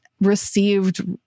received